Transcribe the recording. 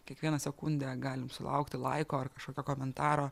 kiekvieną sekundę galim sulaukti laiko ar kažkokio komentaro